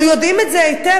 ואנחנו יודעים את זה היטב,